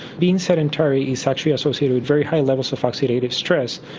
being sedentary is actually associated with very high levels of oxidative stress,